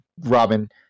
robin